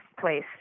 place